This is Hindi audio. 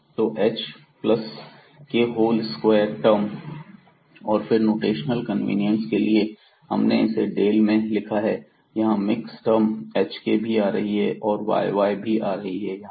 तो एच प्लस के होल स्क्वायर टर्म और फिर नोटेशनल कन्वीनियंस के लिए भी हमने इसे डेल में लिखा है यहां मिक्स टर्म hk भी आ रही है और yy भी आ रही है यहां